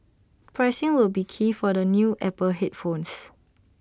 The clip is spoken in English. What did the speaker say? pricing will be key for the new Apple headphones